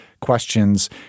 questions